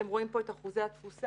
כאן אתם רואים את אחוזי התפוסה,